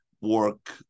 work